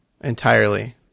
Entirely